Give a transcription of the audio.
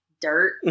Dirt